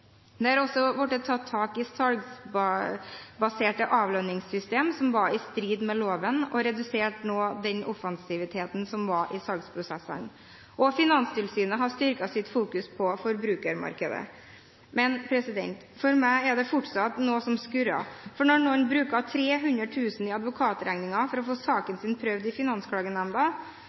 Det har også blitt tatt tak i salgbaserte avlønningssystemer, som var i strid med loven, og en reduserte også den offensiviteten som var i salgsprosessene. Og Finanstilsynet har styrket sitt fokus på forbrukermarkedet. Men for meg er det fortsatt noe som skurrer. For når noen bruker 300 000 kr på advokatregninger for å få saken sin prøvd i